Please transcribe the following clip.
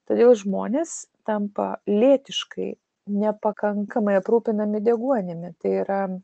todėl žmonės tampa lėtiškai nepakankamai aprūpinami deguonimi tai yra